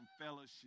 fellowship